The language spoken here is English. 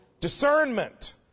discernment